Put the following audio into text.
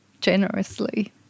generously